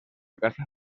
caça